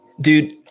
Dude